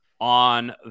on